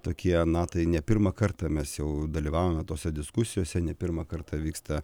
tokie na tai ne pirmą kartą mes jau dalyvaujame tose diskusijose ne pirmą kartą vyksta